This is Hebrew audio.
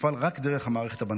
שתפעל רק דרך המערכת הבנקאית.